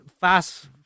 fast